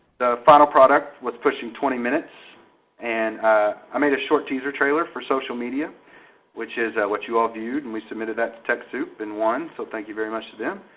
the final product was pushing twenty minutes and i made a short teaser trailer for social media which is what you all viewed. and we submitted that to techsoup and won. so thank you very much to them.